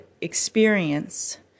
experience